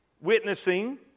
witnessing